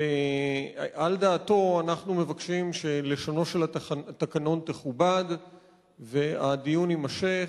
ועל דעתו אנחנו מבקשים שלשונו של התקנון תכובד והדיון יימשך,